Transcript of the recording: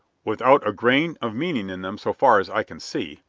without a grain of meaning in them so far as i can see,